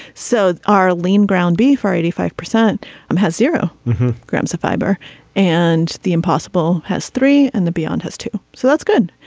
so are lean ground beef or eighty five percent um has zero grams of fiber and the impossible has three and the beyond has two. so that's good.